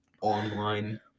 online